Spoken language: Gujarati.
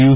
યુ